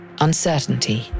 uncertainty